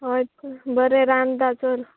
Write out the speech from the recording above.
हय बरें रांदता चल